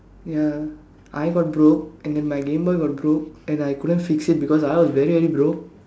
ya I got broke and then my game boy got broke and I couldn't fix it because I was very very broke